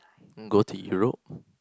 go to Europe